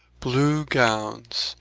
blew gownis.